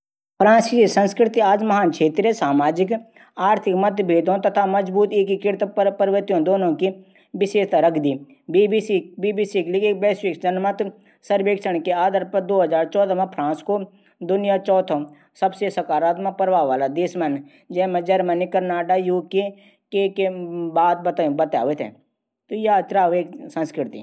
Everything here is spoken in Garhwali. आज तुम बहुत चुप चुप छां कै दगड झगडा ह्वाई या या क्वी घार की परेशानी चा किले कि मिन त तुमथै कभी चुप चुप त देखी नी चा आज पैली बार छों मि तुमथे चुप चुप दिखणू क्या बात चा मेथे बता तुम अगर अपडी बात मेथे बथैला त तुमरू मन हल्कू हवे जालू मि तुमरी बात ध्यान से सुणलू जू भी बात घारा परेशान चा लडकी व्यू चा त जू भी हवालू हम मिली कला